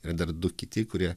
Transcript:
yra dar du kiti kurie